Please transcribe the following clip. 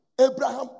Abraham